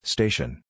Station